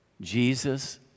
Jesus